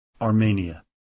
Armenia